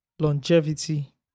Longevity